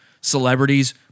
celebrities